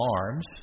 arms